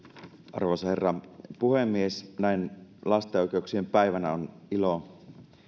arvoisa herra puhemies näin lasten oikeuksien päivänä on ilo